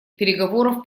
переговоров